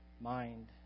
mind